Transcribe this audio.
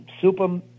super